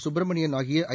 சுப்பிரமணியன் ஆகிய ஐ